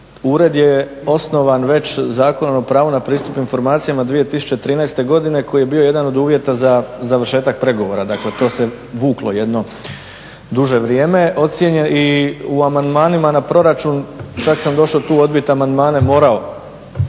ured je osnovan već Zakonom o pravu na pristup informacijama 2013. godine koji je bio jedan od uvjeta za završetak pregovora. Dakle, to se vuklo jedno duže vrijeme i u amandmanima na proračun, čak sam došao tu odbit amandmane, morao,